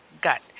gut